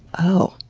oh!